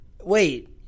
Wait